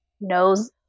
knows